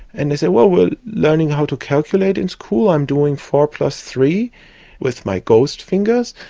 and they say, well, we're learning how to calculate in school, i'm doing four plus three with my ghost fingers.